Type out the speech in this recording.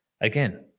again